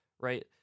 right